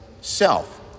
self